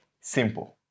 simple